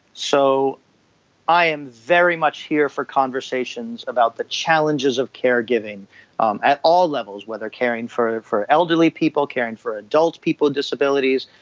so i am very much here for conversations about the challenges of caregiving um at all levels, whether caring for for elderly people, caring for adult people with disabilities,